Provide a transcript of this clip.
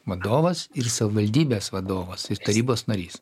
vadovas ir savivaldybės vadovas ir tarybos narys